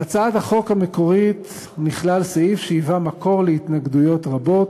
בהצעת החוק המקורית נכלל סעיף שהיווה מקור להתנגדויות רבות,